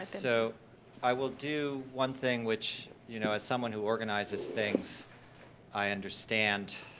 so i will do one thing which you know as someone who organizes things i understand,